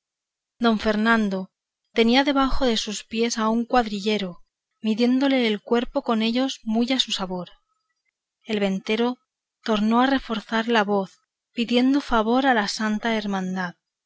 don fernando tenía debajo de sus pies a un cuadrillero midiéndole el cuerpo con ellos muy a su sabor el ventero tornó a reforzar la voz pidiendo favor a la santa hermandad